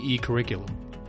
Curriculum